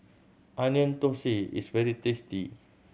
Onion Thosai is very tasty